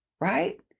right